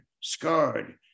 scarred